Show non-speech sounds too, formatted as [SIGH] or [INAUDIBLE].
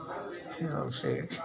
[UNINTELLIGIBLE] उसे